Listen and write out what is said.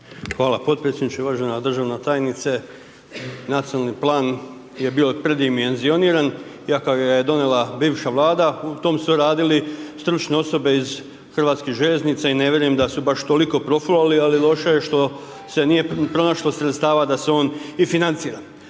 Hvala potpredsjedniče. Uvažena državna tajnice, nacionalni plan je bio predimenzioniran iako ga je donijela bivša Vlada, u tom su radili stručne osobe iz Hrvatskih željeznica i ne vjerujem da su baš toliko profulali ali loše je što se nije pronašlo sredstva da se on i financira.